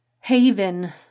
Haven